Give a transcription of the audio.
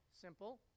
simple